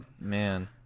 Man